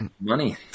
Money